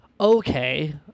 okay